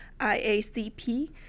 IACP